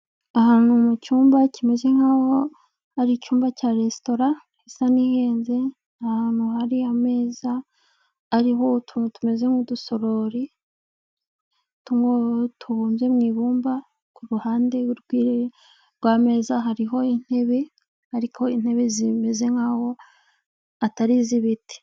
Ahantu mu cyumba kimeze nk'aho hari icyumba cya resitora isa n'ihenze, ni hantu hari ameza ariho utuntu tumeze nk'udusorori tubumbye mu ibumba, kuruhande rwameza hariho intebe, ariko intebe zimeze nkaho atari iz'ibiti.